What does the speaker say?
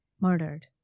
murdered